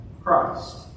Christ